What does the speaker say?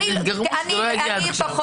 גרמו לזה שזה לא יגיע עד עכשיו.